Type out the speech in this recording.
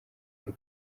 paul